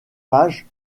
page